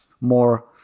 more